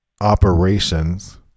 operations